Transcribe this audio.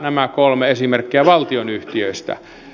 nämä kolme esimerkkiä valtionyhtiöistä